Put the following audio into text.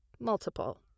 multiple